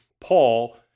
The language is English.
Paul